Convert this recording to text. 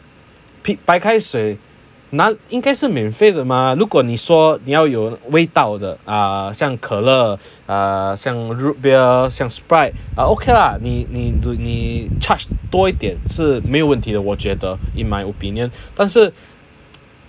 pi~ 白开水那应该是免费的吗如果你说你要有味道的 ah 像可乐像 root beer 像 sprite or okay lah 你你你 charge 多一点是没有问题的我觉得 in my opinion 但是